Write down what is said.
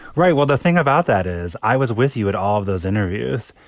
right. well, the thing about that is i was with you at all of those interviews.